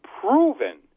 proven